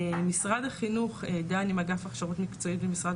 משרד החינוך דן עם אגף הכשרות מקצועית במשרד